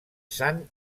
sant